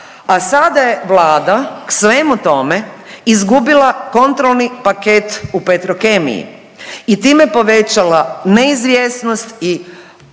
A sada je Vlada k svemu tome izgubila kontrolni paket u Petrokemiji i time povećala neizvjesnost